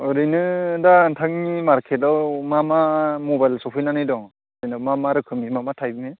ओरैनो दा नोंथांनि मारकेटआव मा मा मबाइल सफैनानै दं जेनेबा मा मा रोखोमनि मा मा टाइपनि